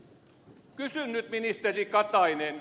kysyn nyt ministeri katainen